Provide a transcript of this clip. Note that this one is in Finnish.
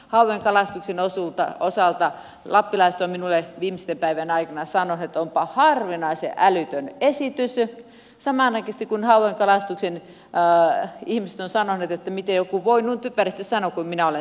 esimerkiksi meillä lapissa hauenkalastuksen osalta lappilaiset ovat minulle viimeisten päivien aikana sanoneet että onpa harvinaisen älytön esitys samanaikaisesti kun hauenkalastuksen ihmiset ovat sanoneet että miten joku voi noin typerästi sanoa kuin minä olen sanonut